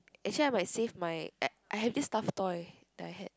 actually I might save my uh I have this stuffed toy that I had